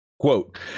Quote